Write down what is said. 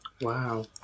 Wow